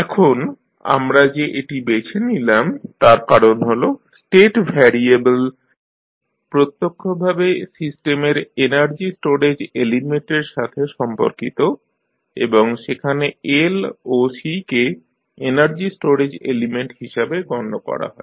এখন আমরা যে এটি বেছে নিলাম তার কারণ হল স্টেট ভ্যারিয়েবেল প্রত্যক্ষভাবে সিস্টেমের এনার্জি স্টোরেজ এলিমেন্ট এর সাথে সম্পর্কিত এবং সেখানে L ও C কে এনার্জি স্টোরেজ এলিমেন্ট হিসাবে গণ্য করা হয়